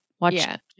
Watch